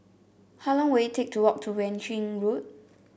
how long will it take to walk to Yuan Ching Road